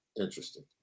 interesting